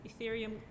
Ethereum